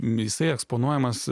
jisai eksponuojamas